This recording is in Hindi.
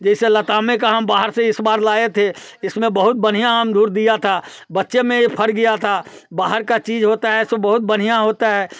जैसे लताम का हम बाहर से इस बार लाए थे इसमें बहुत बढ़िया अमरुद दिया था बच्चे में फट गया था बाहर का चीज होता है सो बहुत बढ़िया होता है